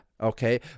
Okay